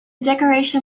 decoration